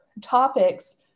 topics